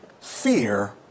fear